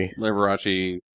Liberace